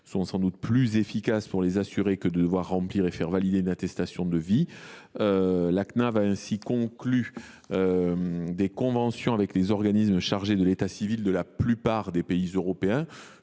sont sans doute plus efficaces pour les assurés que l’obligation de faire remplir et de valider une attestation de vie. La Cnav a ainsi conclu des conventions avec les organismes chargés de l’état civil de la plupart des pays européens,